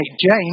James